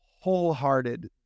wholehearted